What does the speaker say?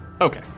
Okay